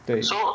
对